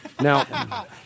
Now